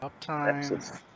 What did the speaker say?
Uptime